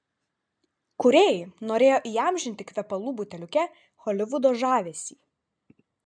kūrėjai norėjo įamžinti kvepalų buteliuke holivudo žavesį